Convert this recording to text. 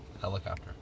helicopter